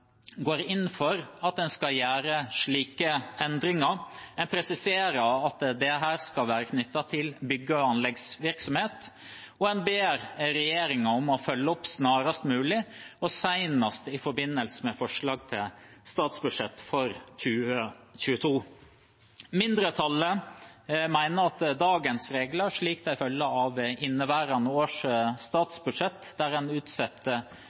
går inn for at en skal gjøre slike endringer. En presiserer at dette skal være knyttet til bygge- og anleggsvirksomhet, og en ber regjeringen om å følge opp snarest mulig og senest i forbindelse med forslag til statsbudsjett for 2022. Mindretallet mener at dagens regler slik de følger av inneværende års statsbudsjett, der en